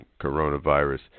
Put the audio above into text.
coronavirus